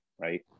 right